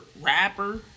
rapper